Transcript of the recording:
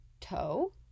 toe